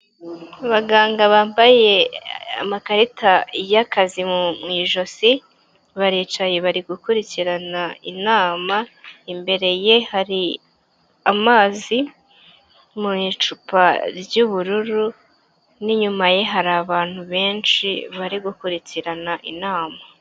Abaganga bambaye amakarita y'akazi mu ijosi, baricaye bari gukurikirana inama, imbere ye hari amazi mu icupa ry'ubururu, n' inyuma ye hari abantu benshi bari gukurikirana inama.